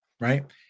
right